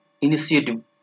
Initiative